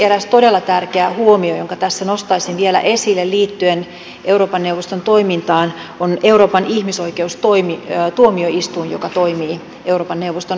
yksi todella tärkeä huomio jonka tässä nostaisin vielä esille liittyen euroopan neuvoston toimintaan on euroopan ihmisoikeustuomioistuin joka toimii euroopan neuvoston alaisuudessa